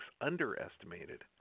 underestimated